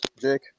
Jake